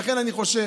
לכן, אני חושב